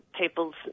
people's